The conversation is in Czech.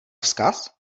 vzkaz